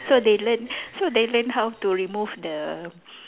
so they learn so they learn how to remove the